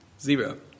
zero